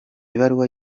ibaruwa